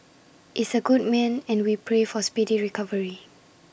is A good man and we pray for speedy recovery